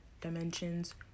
dimensions